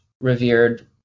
revered